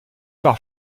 par